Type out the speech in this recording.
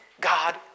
God